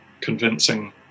convincing